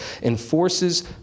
enforces